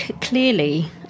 clearly